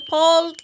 Paul